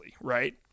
right